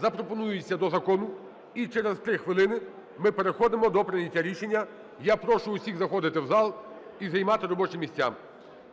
запропонуються до закону, і через 3 хвилини ми переходимо до прийняття рішення. Я прошу всіх заходити в зал і займати робочі місця.